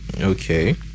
Okay